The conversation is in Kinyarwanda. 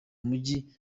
mujyi